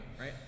right